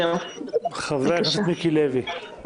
חבר הכנסת מיקי לוי.